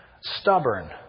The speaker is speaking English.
Stubborn